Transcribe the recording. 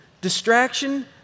Distraction